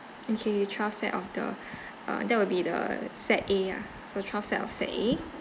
okay twelve set of the uh that will be the set a ah so twelve set of set a